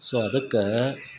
so ಅದಕ್ಕ